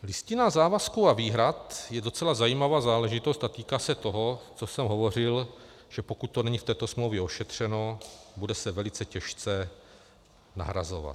Listina závazků a výhrad je docela zajímavá záležitost a týká se toho, o čem jsem hovořil, že pokud to není v této smlouvě ošetřeno, bude se velice těžce nahrazovat.